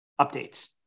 updates